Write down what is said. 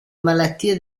malattie